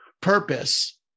purpose